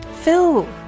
Phil